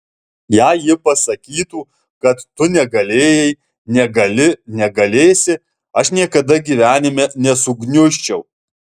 jei ji pasakytų kad tu negalėjai negali negalėsi aš niekada gyvenime nesugniužčiau